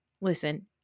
listen